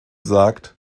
sagt